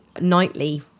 nightly